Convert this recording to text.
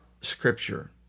scripture